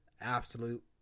Absolute